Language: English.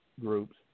groups